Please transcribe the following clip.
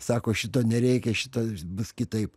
sako šito nereikia šita bus kitaip